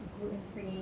gluten-free